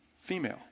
female